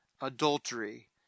adultery